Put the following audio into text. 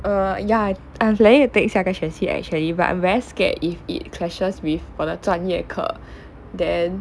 err ya I'm planning to take 下个学期 actually but I'm very scared if it clashes with 我的专业课 then